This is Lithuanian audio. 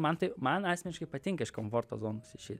man tai man asmeniškai patinka iš komforto zonos išeit